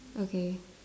okay